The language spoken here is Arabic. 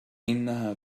إنها